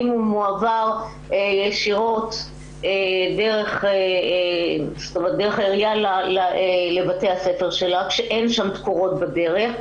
אם הוא מועבר ישירות דרך העירייה לבתי הספר שלה כשאין תקורות בדרך,